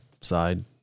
side